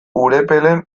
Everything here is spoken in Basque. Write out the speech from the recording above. urepelen